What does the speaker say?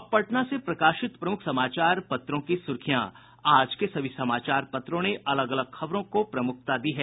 और अब पटना से प्रकाशित प्रमुख समाचार पत्रों की सुर्खियां आज के सभी समाचार पत्रों ने अलग अलग खबरों को प्रमुखता से प्रकाशित किया है